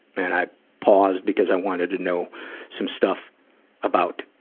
and i paused, because i wanted to know some stuff about,